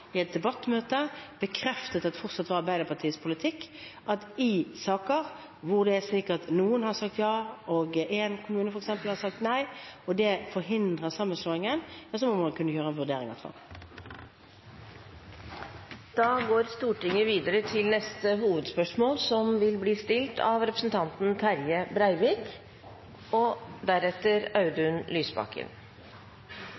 i et debattmøte bekreftet fortsatt var Arbeiderpartiets politikk, at i saker hvor det er slik at noen har sagt ja og f.eks. en kommune har sagt nei, og det forhindrer sammenslåingen, så må man kunne gjøre en vurdering i hvert fall. Vi går videre til neste hovedspørsmål. Dagens Næringsliv har dei siste dagane sett søkjelyset på delar av det norske petroleumsskattesystemet og